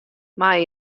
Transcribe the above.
mei